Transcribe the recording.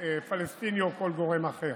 פלסטיני או כל גורם אחר.